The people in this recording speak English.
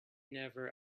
never